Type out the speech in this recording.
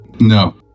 No